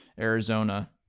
Arizona